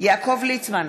יעקב ליצמן,